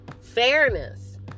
fairness